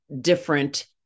different